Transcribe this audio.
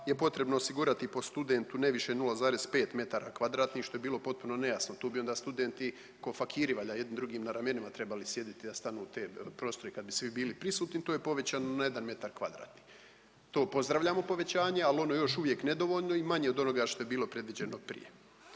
je potrebno osigurati po studentu ne više 0,5 m2 što je bilo potpuno nejasno. Tu bi onda studenti ko fakiri valjda jedni drugima na ramenima trebali sjediti da stanu u te prostore kad bi svi bili prisutni. To je povećano na jedan metar kvadratni. To pozdravljamo povećanje, ali ono je još uvijek nedovoljno i manje od onoga što je bilo predviđeno prije.